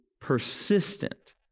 persistent